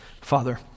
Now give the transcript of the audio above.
Father